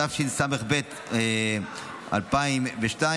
התשס"ב 2002,